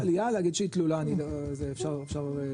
יש עלייה, להגיד שהיא תלולה אני זה אפשר להתווכח.